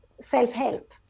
self-help